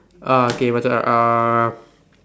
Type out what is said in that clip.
uh okay my turn now uh